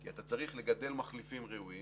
כי אתה צריך לגדל מחליפים ראויים,